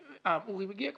אורי כבר מגיע?